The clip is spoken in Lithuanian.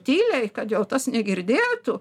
tyliai kad jau tas negirdėtų